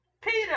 Peter